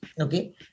okay